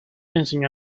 enseñó